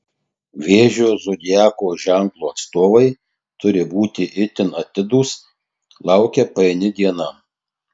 vėžio zodiako ženklo atstovai turi būti itin atidūs laukia paini diena